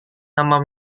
nama